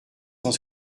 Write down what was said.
cent